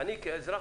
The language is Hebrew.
אני כאזרח,